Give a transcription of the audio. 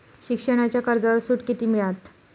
शिक्षणाच्या कर्जावर सूट किती मिळात?